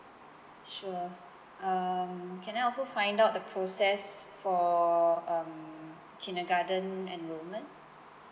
sure um can I also find out the process for um kindergarten enrollment